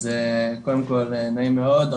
אז קודם כל נעים מאוד.